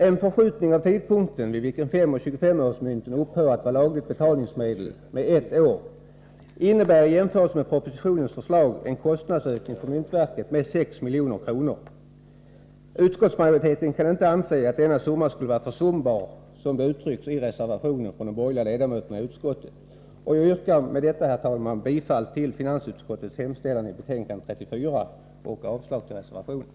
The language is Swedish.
En förskjutning med ett år av den tidpunkt vid vilken 5 och 25-öresmynten upphör att vara lagligt betalningsmedel innebär i jämförelse med propositionens förslag en kostnadsökning för myntverket med 6 milj.kr. Utskottsmajoriteten kan inte anse att denna kostnad skulle vara försumbar, som det framhålls i reservationen från de borgerliga ledamöterna i utskottet. Jag yrkar med detta, herr talman, bifall till finansutskottets hemställan i betänkande 34 och avslag på reservationen.